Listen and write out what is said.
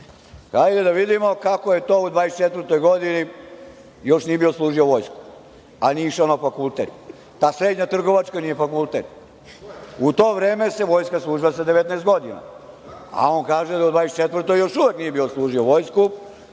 hajde da vidimo kako je to u 24. godini, još nije bio služio vojsku, a nije išao na fakultet, pa srednja trgovačka nije fakultet… U to vreme se služila vojska sa 19 godina, a on kaže da u 24. godini još uvek nije služio vojsku,